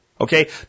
Okay